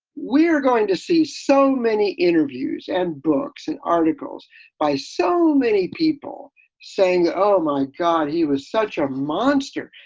we are going to see so many interviews and books and articles by so many people saying, oh my god, he was such a monster,